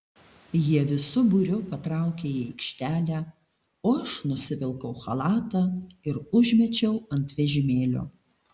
jie visu būriu patraukė į aikštelę o aš nusivilkau chalatą ir užmečiau ant vežimėlio